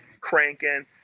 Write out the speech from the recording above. cranking